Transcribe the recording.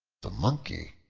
the monkey,